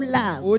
love